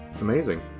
Amazing